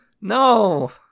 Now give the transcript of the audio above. No